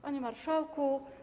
Panie Marszałku!